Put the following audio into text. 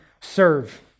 serve